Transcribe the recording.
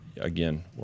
Again